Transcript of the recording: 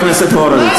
חבר הכנסת הורוביץ.